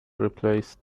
replaced